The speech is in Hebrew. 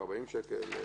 340 שקל,